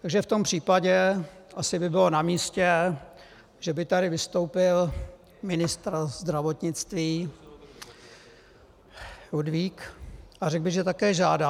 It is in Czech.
Takže v tom případě asi by bylo namístě, že by tady vystoupil ministr zdravotnictví Ludvík a řekl, že také žádá.